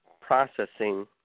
processing